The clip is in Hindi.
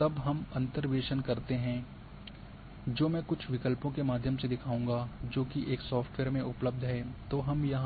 अगर तब हम अंतर्वेसन करते हैं जो मैं कुछ विकल्पों के माध्यम से दिखाऊंगा जो एक विशेष सॉफ्टवेयर में उपलब्ध हैं तो हम या